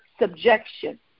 subjection